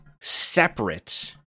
separate